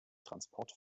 transport